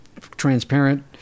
transparent